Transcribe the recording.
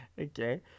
Okay